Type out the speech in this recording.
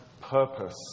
purpose